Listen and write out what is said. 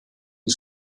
die